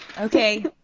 okay